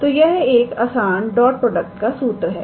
तोयह एक आसान डॉट प्रोडक्ट का सूत्र है